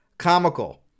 comical